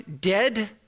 dead